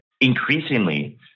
Increasingly